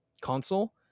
console